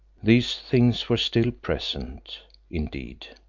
these things were still present indeed,